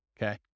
Okay